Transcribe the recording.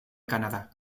canadá